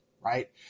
right